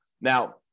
Now